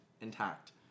intact